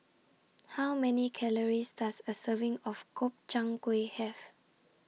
How Many Calories Does A Serving of Gobchang Gui Have